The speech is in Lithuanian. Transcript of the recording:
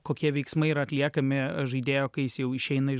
kokie veiksmai yra atliekami žaidėjo kai jis jau išeina iš